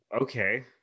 Okay